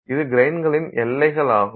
இது கிரைனின் எல்லைகளாகும்